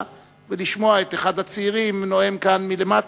ולשמוע את אחד הצעירים נואם כאן מלמטה.